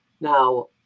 Now